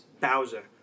Bowser